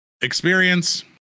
Experience